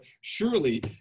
surely